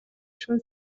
шөнө